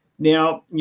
Now